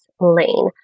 lane